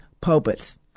pulpits